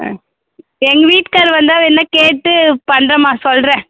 ஆ எங்கள் வீட்டுக்கார் வந்தால் வேணா கேட்டு பண்ணுறேன்மா சொல்லுறேன்